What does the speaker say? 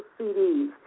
CDs